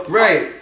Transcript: right